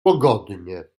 pogodnie